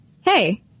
hey